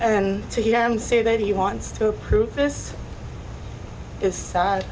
and to hear him say that he wants to prove this is